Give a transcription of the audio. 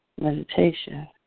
meditation